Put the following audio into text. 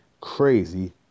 crazy